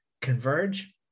Converge